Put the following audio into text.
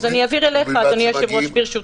אז אני אעביר אליך, אדוני היושב-ראש, ברשותך.